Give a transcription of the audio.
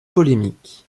polémiques